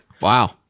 Wow